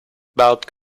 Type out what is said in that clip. about